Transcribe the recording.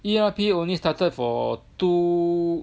E_R_P only started for two